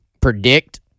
predict